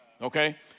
Okay